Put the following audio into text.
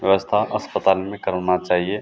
व्यवस्था अस्पताल में करवना चाहिए